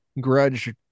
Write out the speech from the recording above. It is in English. grudge